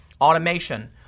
automation